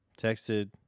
texted